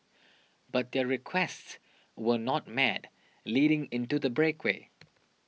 but their requests were not met leading into the breakaway